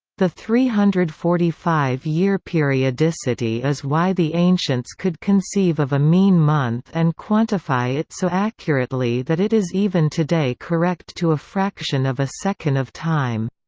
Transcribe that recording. the three hundred and forty five year periodicity is why the ancients could conceive of a mean month and quantify it so accurately that it is even today correct to a fraction of a second of time.